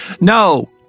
No